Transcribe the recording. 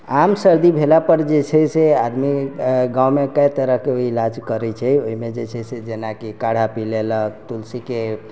आम सर्दी भेला पर जे छै से आदमी गाँवमे कए तरह के ईलाज करै छै ओहिमे जे छै से जेनाकी काढ़ा पी लेलक तुलसी के